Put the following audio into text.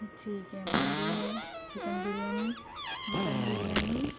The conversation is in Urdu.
ٹھیک ہے مندی ہے چِکن بریانی مٹن بریانی